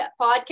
podcast